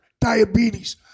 diabetes